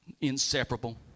Inseparable